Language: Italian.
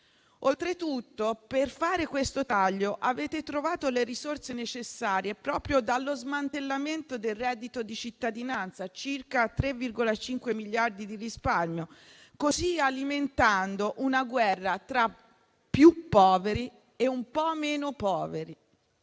Oltretutto, per fare questo taglio avete trovato le risorse necessarie proprio dallo smantellamento del reddito di cittadinanza (circa 3,5 miliardi di risparmio), alimentando così una guerra tra più poveri e un po' meno poveri.